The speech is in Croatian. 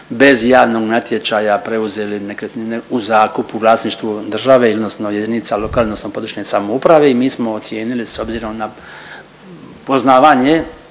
bez javnog natječaja preuzeli nekretnine u zakupu vlasništvu države odnosno jedinica lokalne, područne samouprave i mi smo ocijenili s obzirom na poznavanje